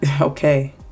Okay